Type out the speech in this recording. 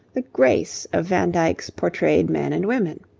the grace, of van dyck's portrayed men and women.